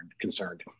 concerned